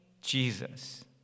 Jesus